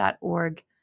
org